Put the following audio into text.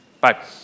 Bye